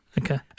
Okay